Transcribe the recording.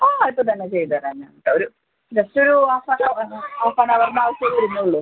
ആ ഇപ്പം തന്നെ ചെയ്തു തരാം ഞാൻ ഒരു ജസ്റ്റ് ഒരു half and hour half and ഹവറിൻ്റെ ആവശ്യമേ വരുന്നുള്ളൂ